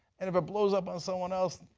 and if it blows up on someone else,